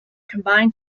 combined